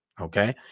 Okay